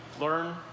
learn